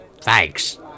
Thanks